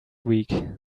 week